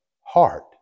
heart